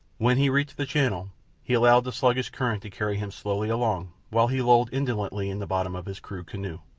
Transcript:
when he reached the channel he allowed the sluggish current to carry him slowly along while he lolled indolently in the bottom of his crude canoe.